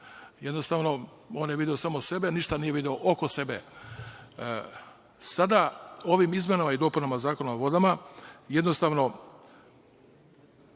Jednostavno, on je video samo sebe, ništa nije video oko sebe. Sada ovim izmenama i dopunama Zakona o vodama, jednostavno,